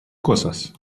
cosas